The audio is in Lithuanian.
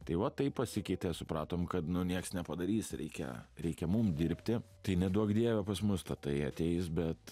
tai va taip pasikeitė supratom kad nu nieks nepadarys reikia reikia mum dirbti tai neduok dieve pas mus tatai ateis bet